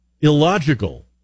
illogical